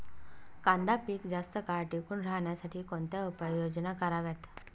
कांदा पीक जास्त काळ टिकून राहण्यासाठी कोणत्या उपाययोजना कराव्यात?